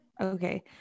Okay